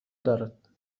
دارد